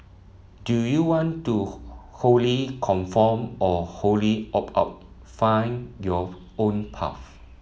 do you want to wholly conform or wholly opt out find your own path